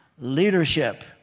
leadership